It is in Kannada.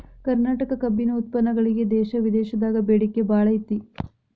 ಕರ್ನಾಟಕ ಕಬ್ಬಿನ ಉತ್ಪನ್ನಗಳಿಗೆ ದೇಶ ವಿದೇಶದಾಗ ಬೇಡಿಕೆ ಬಾಳೈತಿ